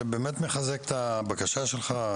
זה באמת מחזק את הבקשה שלך,